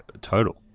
total